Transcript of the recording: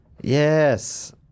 Yes